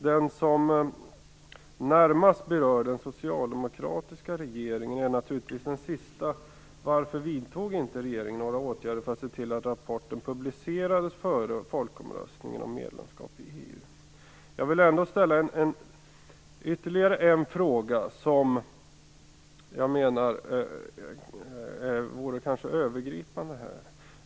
Den som närmast berör den socialdemokratiska regeringen är naturligtvis den sista om varför regeringen inte vidtog några åtgärder för att se till att rapporten publicerades före folkomröstningen om medlemskap i EU. Jag vill ställa ytterligare några frågor som kanske är övergripande här.